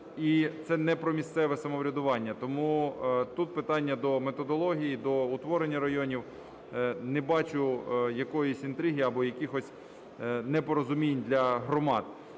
І це не про місцеве самоврядування. Тому тут питання до методології, до утворення районів. Не бачу якоїсь інтриги або якихось непорозумінь для громад.